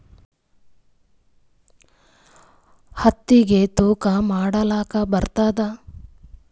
ಹತ್ತಿಗಿ ತೂಕಾ ಮಾಡಲಾಕ ಬರತ್ತಾದಾ?